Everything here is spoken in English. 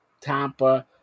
Tampa